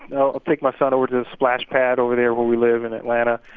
i'll take my son over to the splash pad over there where we live in atlanta